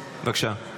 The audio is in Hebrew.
בבקשה.